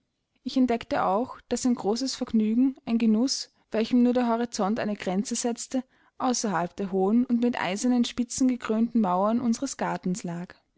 ich entdeckte auch daß ein großes vergnügen ein genuß welchem nur der horizont eine grenze setzte außerhalb der hohen und mit eisernen spitzen gekrönten mauern unseres gartens lag